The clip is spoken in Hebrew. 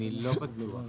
אני לא בטוח.